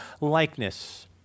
likeness